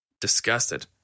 Disgusted